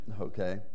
Okay